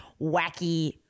wacky